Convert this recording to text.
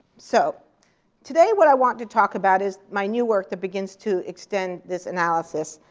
so today what i want to talk about is my new work that begins to extend this analysis.